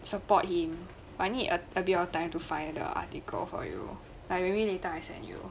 support him but I need a bit of time to find the article for you but maybe later I send you